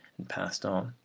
and passed on.